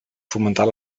fomentar